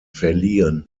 verliehen